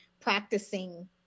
practicing